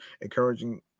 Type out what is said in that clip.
encouraging